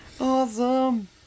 Awesome